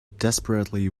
desperately